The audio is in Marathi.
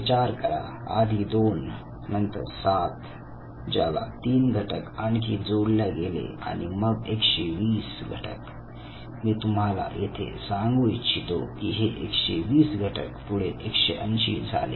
विचार करा आधी 2 नंतर 7 ज्याला 3 घटक आणखी जोडल्या गेले आणि मग 120 घटक मी तुम्हाला येथे सांगू इच्छितो की हे 120 घटक पुढे 180 झाले